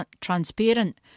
transparent